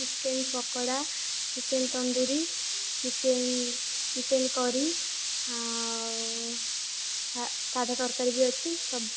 chicken pakora chicken tandoori chicken chicken curry ଆଉ ସାଧା ତରକାରି ବି ଅଛି ସବୁ